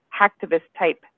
hacktivist-type